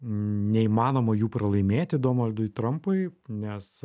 neįmanoma jų pralaimėti donaldui trampui nes